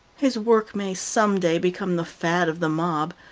his work may some day become the fad of the mob,